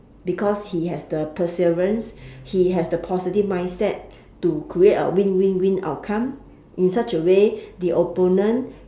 because he has the perseverance he has the positive mindset to create a win win win outcome in such a way the opponent